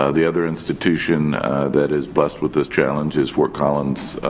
ah the other institution that is blessed with this challenge is fort collins.